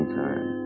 time